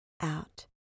out